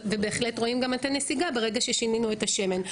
ובהחלט רואים גם את הנסיגה ברגע ששינינו את השמן.